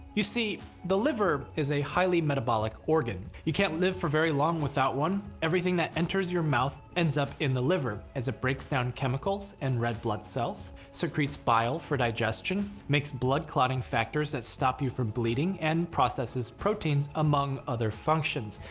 you see, the liver is a highly metabolic organ. you can't live for very long without one. everything that enters your mouth, ends up in the liver, as it breaks down chemicals and red blood cells, secretes bile for digestion, makes blood clotting factors that stop you from bleeding, and processes proteins, among other functions,